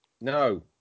No